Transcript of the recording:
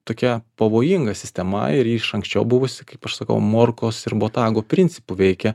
tokia pavojinga sistema ir ji iš anksčiau buvus kaip aš sakau morkos ir botago principu veikia